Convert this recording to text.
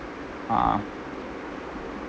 uh